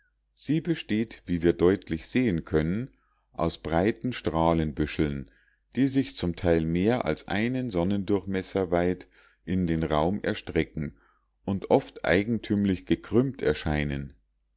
sie besteht wie wir deutlich sehen können aus breiten strahlenbüscheln die sich zum teil mehr als einen sonnendurchmesser weit in den raum erstrecken und oft eigentümlich gekrümmt erscheinen